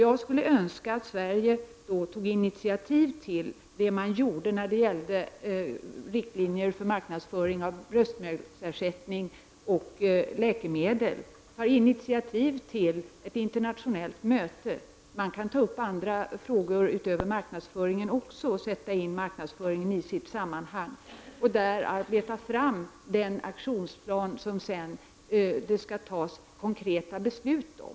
Jag önskar att Sverige tog initiativ till ett internationellt möte, som man gjorde i fråga om bröstmjölksersättning och läkemedel. Man kan ta upp också andra frågor utöver marknadsföringen, sätta in marknadsföringen i sitt sammanhang och arbeta fram den aktionsplan som det sedan skall fattas ett konkret beslut om.